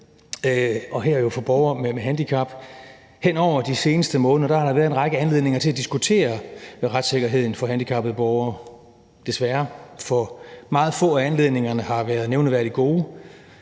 og her jo for borgere med handicap – et godt sted. Hen over de seneste måneder har der været en række anledninger til at diskutere retssikkerheden for handicappede borgere – desværre, for meget få af anledningerne har været nævneværdig gode.